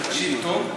תקשיב טוב,